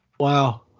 Wow